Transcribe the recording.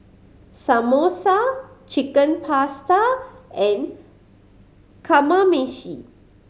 Samosa Chicken Pasta and Kamameshi